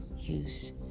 use